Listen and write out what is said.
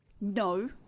No